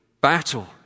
battle